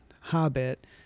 hobbit